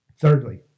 Thirdly